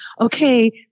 Okay